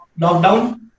lockdown